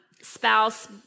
spouse